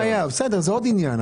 זה עוד עניין.